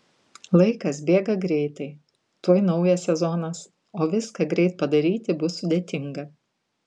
laikas bėga greitai tuoj naujas sezonas o viską greit padaryti bus sudėtinga